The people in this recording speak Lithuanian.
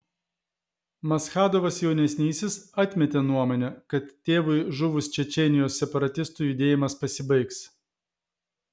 maschadovas jaunesnysis atmetė nuomonę kad tėvui žuvus čečėnijos separatistų judėjimas pasibaigs